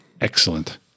Excellent